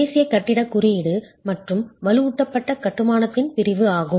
தேசிய கட்டிடக் குறியீடு மற்றும் வலுவூட்டப்பட்ட கட்டுமானத்தின் பிரிவு ஆகும்